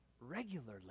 regularly